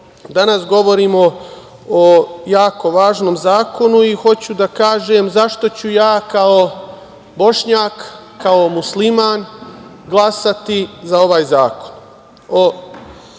govorimo o jako važnom zakonu i hoću da kažem, zašto ću ja kao Bošnjak, kao musliman glasati za ovaj Zakon